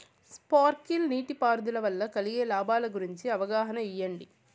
Sprinkle నీటిపారుదల వల్ల కలిగే లాభాల గురించి అవగాహన ఇయ్యడం?